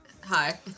Hi